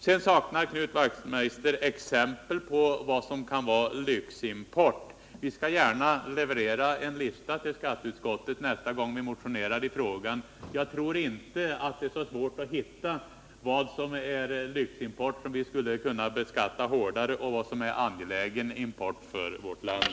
Knut Wachtmeister saknar exempel på vad som kan vara lyximport. Vi skall gärna leverera en lista till skatteutskottet nästa gång vi motionerar i frågan. Jag tror inte att det är så svårt att reda ut vad som är lyximport, som vi skulle kunna beskatta hårdare, och vad som är angelägen import för vårt land.